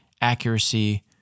accuracy